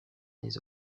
des